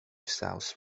south